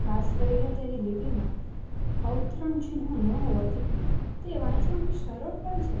ખાસ કરી ને તેની લિપિમાં અવતરણ ચિન્હો ન હોવાંથી તે વાંચવામાં સરળ પણ છે